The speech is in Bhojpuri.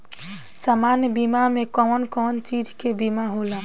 सामान्य बीमा में कवन कवन चीज के बीमा होला?